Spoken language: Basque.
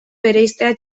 bereiztea